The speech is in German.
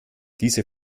diese